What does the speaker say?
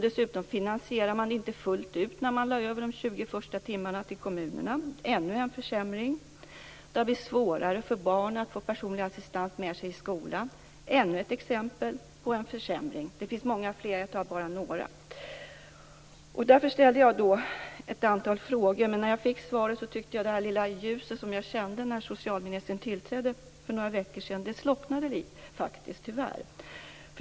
Dessutom finansierade man inte fullt ut när man lade över de 20 första timmarna till kommunerna - ännu en försämring. De har blivit svårare för barn att få personlig assistans med sig i skolan - ännu ett exempel på en försämring. Det finns många fler, jag tar bara upp några. Därför ställde jag ett antal frågor. Men när jag fick svaret tyckte jag att det lilla ljus som jag kände när socialministern tillträdde för några veckor sedan tyvärr slocknade.